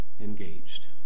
engaged